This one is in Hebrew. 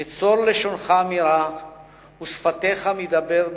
נצר לשונך מרע ושפתיך מדבר מרמה.